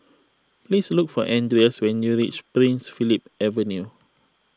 please look for andreas when you reach Prince Philip Avenue